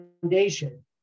foundation